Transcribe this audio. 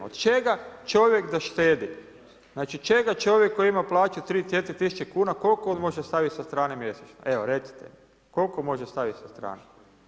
Od čega čovjek da štedi, znači od čega čovjek koji ima plaću 3-4.000 kuna kolko on može stavit sa strane mjesečno, evo recite koliko može stavit sa strane?